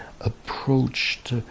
approached